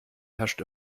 herrscht